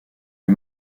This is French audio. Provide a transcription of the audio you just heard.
est